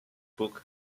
book